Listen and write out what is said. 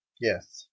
Yes